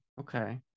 Okay